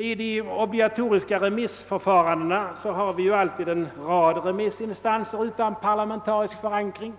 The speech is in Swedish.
I det obligatoriska remissförfarandet har vi alltid en rad remissinstanser utan parlamentarisk förankring.